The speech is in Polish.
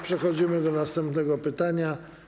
Przechodzimy do następnego pytania.